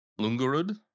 Lungarud